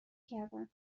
کردن